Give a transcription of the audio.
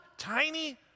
tiny